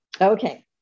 Okay